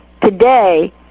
today